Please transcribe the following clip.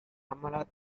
cámara